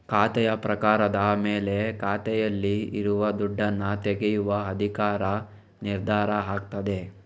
ಖಾತೆಯ ಪ್ರಕಾರದ ಮೇಲೆ ಖಾತೆಯಲ್ಲಿ ಇರುವ ದುಡ್ಡನ್ನ ತೆಗೆಯುವ ಅಧಿಕಾರ ನಿರ್ಧಾರ ಆಗ್ತದೆ